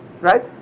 Right